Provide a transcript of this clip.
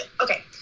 okay